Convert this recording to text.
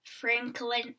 Franklin